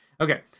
Okay